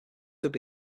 would